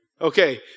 Okay